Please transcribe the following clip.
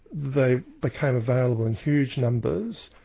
they became available in huge numbers,